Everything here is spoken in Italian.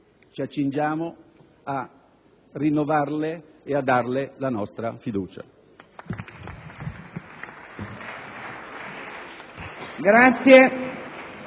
ci accingiamo a rinnovarle la nostra fiducia.